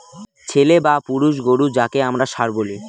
ছেলে বা পুরুষ গোরু যাকে আমরা ষাঁড় বলি